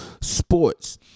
sports